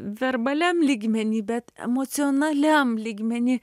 verbaliam lygmeny bet emocionaliam lygmeny